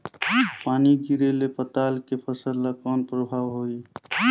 पानी गिरे ले पताल के फसल ल कौन प्रभाव होही?